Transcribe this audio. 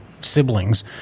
siblings